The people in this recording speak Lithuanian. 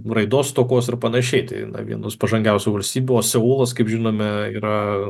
raidos stokos ir panašiai tai vienus pažangiausių valstybių o seulas kaip žinome yra